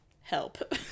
help